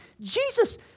Jesus